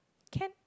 can